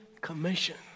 commission